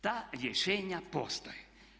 Ta rješenja postoje.